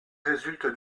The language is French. résulte